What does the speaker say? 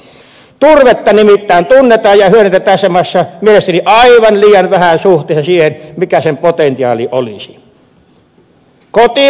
turvetta nimittäin tunnetaan ja hyödynnetään tässä maassa mielestäni aivan liian vähän suhteessa siihen mikä sen potentiaali olisi